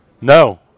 No